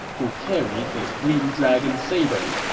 who carried his green dragon saber.